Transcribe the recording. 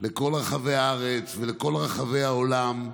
לכל רחבי הארץ ולכל רחבי העולם.